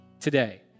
today